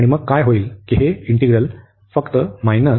आणि मग काय होईल की हे इंटिग्रल फक्त मायनस